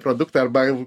produktą arba